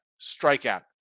Strikeout